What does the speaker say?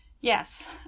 Yes